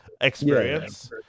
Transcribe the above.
experience